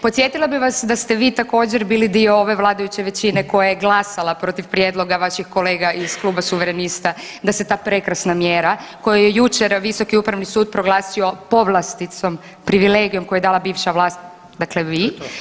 Podsjetila bih vas da ste vi također bili dio ove vladajuće većine koja je glasala protiv prijedloga vaših kolega iz kluba suverenista da se ta prekrasna mjera koju je jučer Visoki upravni sud proglasio povlasticom, privilegijom koju je dala bivša vlast, dakle vi.